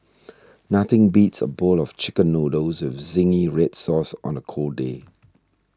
nothing beats a bowl of Chicken Noodles with Zingy Red Sauce on a cold day